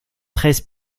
treize